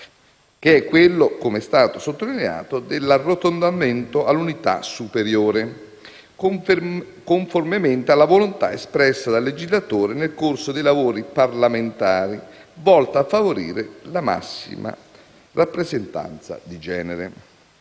che è quello, com'è stato sottolineato, dell'arrotondamento all'unità superiore, conformemente alla volontà espressa dal legislatore nel corso dei lavori parlamentari, volta a favorire la massima rappresentanza di genere.